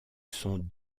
son